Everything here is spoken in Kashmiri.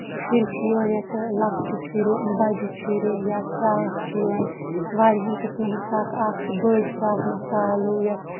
چھُرِ چھِ یِوان یِتھ لۄکٕچہِ چھُرِ بَجہِ چھُرِ یا شراکھ چھِ یِوان واریاہن قسمَن ہنٛز شراکھ اکھ چھِ بٔڑ شراکھ مَثالوٗ